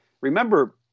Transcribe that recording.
remember